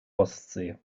ostsee